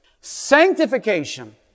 Sanctification